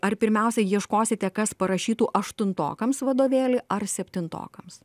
ar pirmiausia ieškosite kas parašytų aštuntokams vadovėlį ar septintokams